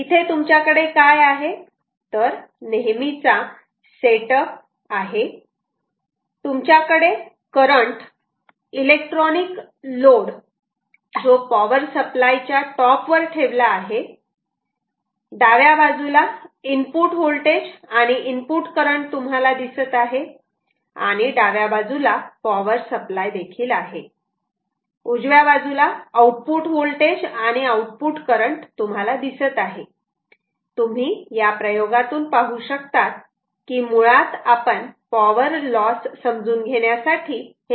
इथे तुमच्याकडे काय आहे तर नेहमीचा सेटअप आहे तुमच्याकडे करंट इलेक्ट्रॉनिक लोड जो पॉवर सप्लाय च्या टॉप वर ठेवला आहे डाव्या बाजूला इनपुट व्होल्टेज आणि इनपुट करंट तुम्हाला दिसत आहे आणि डाव्या बाजूला पॉवर सप्लाय आहे उजव्या बाजूला आउटपुट व्होल्टेज आणि आऊटपुट करंट तुम्हाला दिसत आहे तुम्ही या प्रयोगातून पाहू शकतात की मुळात आपण पॉवर लॉस समजून घेण्यासाठी हे परफॉर्म करत आहोत